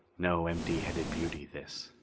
no empty-headed beauty, this.